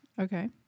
Okay